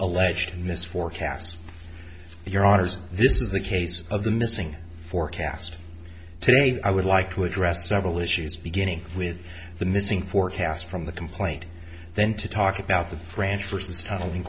alleged mis forecasts your honour's this is the case of the missing forecast today i would like to address several issues beginning with the missing forecast from the complaint then to talk about the